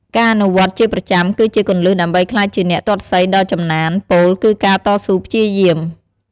ការអនុវត្តន៍ជាប្រចាំ គឺជាគន្លឹះដើម្បីក្លាយជាអ្នកទាត់សីដ៏ចំណាន ពោលគឺការតស៊ូព្យាយាម ។